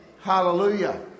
Hallelujah